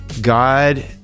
God